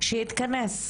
שיתכנס,